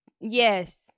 Yes